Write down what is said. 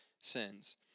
sins